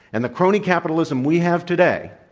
and the crony capitalism we have today